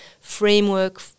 framework